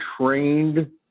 trained